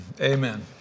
amen